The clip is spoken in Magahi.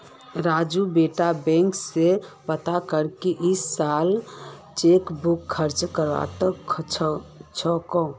राजू बेटा बैंक स पता कर की इस साल चेकबुकेर खर्च कत्ते छेक